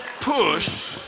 push